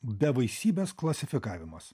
bevaisybės klasifikavimas